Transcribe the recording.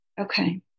Okay